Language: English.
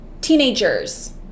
Teenagers